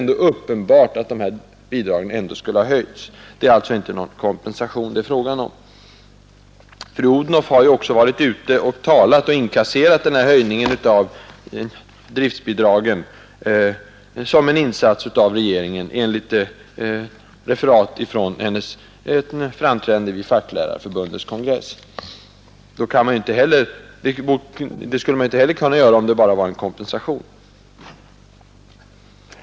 Det är alltså inte någon kompensation det är fråga om. Fru Odhnoff har ju också varit ute och inkasserat den här höjningen av driftbidragen som en insats av regeringen, enligt referat från hennes framträdande vid Facklärarförbundets kongress. Det skulle hon inte heller kunna göra om det bara gällde en kompensation.